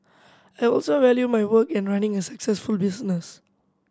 I also value my work and running a successful business